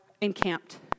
encamped